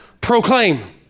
Proclaim